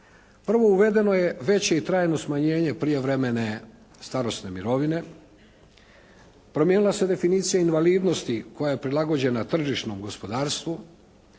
Prvo, uvedeno je veće i trajno smanjenje prijevremene starosne mirovine. Promijenila se definicija invalidnosti koja prilagođena tržišnom gospodarstvu.